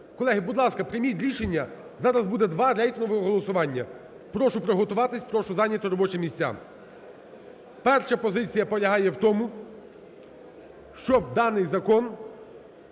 Колеги, будь ласка, прийміть рішення, зараз буде два рейтингових голосування. Прошу приготуватись, прошу зайняти робочі місця. Перша позиція полягає в тому, щоб даний закон